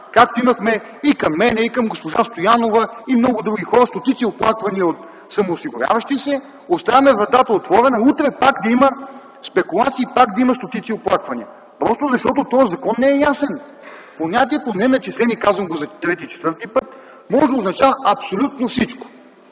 както имахме и към мен, и към госпожа Стоянова, и много други хора стотици оплаквания от самоосигуряващи се, оставяме отворена вратата утре пак да има спекулации, пак да има стотици оплаквания, просто защото тоя закон не е ясен. Понятието „неначислени”, казвам го за трети, четвърти път, може да означава абсолютно всичко.